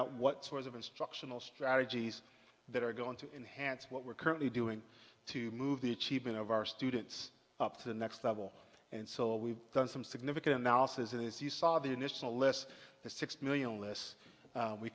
at what sorts of instructional strategies that are going to enhance what we're currently doing to move the achievement of our students up to the next level and so we've done some significant mouses as you saw the initial less than six million unless